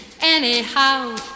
Anyhow